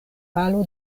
falo